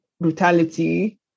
brutality